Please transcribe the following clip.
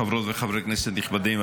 חברות וחברי כנסת נכבדים,